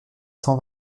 cent